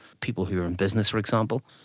people who are in business, for example,